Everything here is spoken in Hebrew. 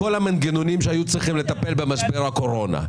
המנגנונים שהיו צריכים לטפל במשבר הקורונה.